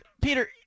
Peter